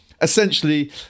Essentially